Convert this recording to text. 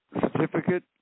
certificate